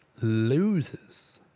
loses